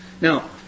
Now